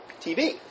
TV